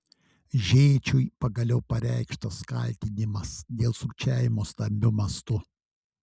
žėčiui pagaliau pareikštas kaltinimas dėl sukčiavimo stambiu mastu